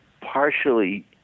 Partially